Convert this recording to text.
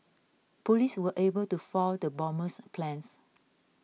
police were able to foil the bomber's plans